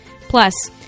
Plus